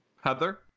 Heather